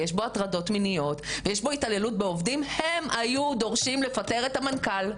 הטרדות מיניות והתעללות בעובדים - הם היו דורשים לפטר את המנכ"ל,